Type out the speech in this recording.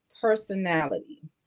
personality